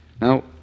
Now